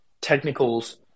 technicals